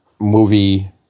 movie